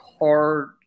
hard